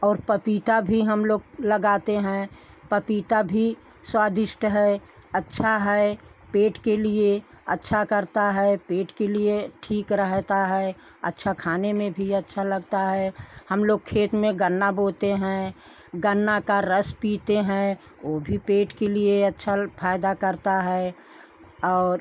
और पपीता भी हम लोग लगाते हैं पपीता भी स्वादिष्ट है अच्छा है पेट के लिए अच्छा करता है पेट के लिए ठीक रहता है अच्छा खाने में भी अच्छा लगता है हम लोग खेत में गन्ना बोते हैं गन्ना का रस पीते हैं वह भी पेट के लिए अच्छा फ़ायदा करता है और